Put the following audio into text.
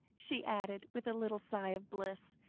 she added, with a little sigh of bliss,